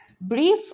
brief